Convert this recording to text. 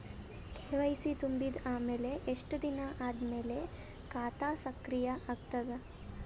KYC ತುಂಬಿದ ಅಮೆಲ ಎಷ್ಟ ದಿನ ಆದ ಮೇಲ ಖಾತಾ ಸಕ್ರಿಯ ಅಗತದ?